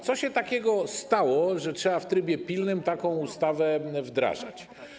Co się takiego stało, że trzeba w trybie pilnym taką ustawę wdrażać?